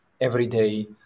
everyday